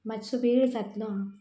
मातसो वेळ जातलो आं